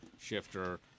shifter